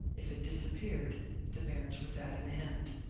if it disappeared the marriage was at an end.